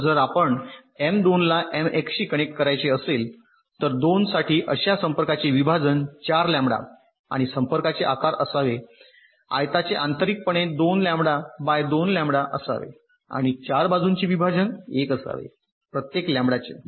तर जर आपणास एम 2 ला एम 1 शी कनेक्ट करायचे असेल तर 2 साठी अशा संपर्कांचे विभाजन 4 लॅम्बडा आणि संपर्काचे आकार असावे आयताचे आंतरिकपणे 2 लॅम्बडा बाय 2 लॅम्बडा असावे आणि 4 बाजूचे विभाजन 1 असावे प्रत्येक लॅम्बडा चे